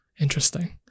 Interesting